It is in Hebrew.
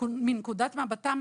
מנקודת מבטם,